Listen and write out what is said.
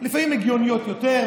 לפעמים הגיוניות יותר,